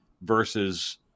versus